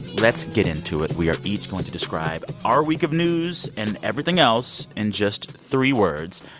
let's get into it. we are each going to describe our week of news and everything else in just three words.